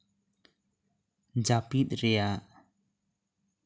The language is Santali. ᱡᱟ ᱯᱤᱫ ᱨᱮᱭᱟᱜ